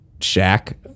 shack